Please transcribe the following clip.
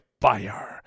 fire